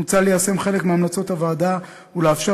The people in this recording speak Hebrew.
מוצע ליישם חלק מהמלצות הוועדה ולאפשר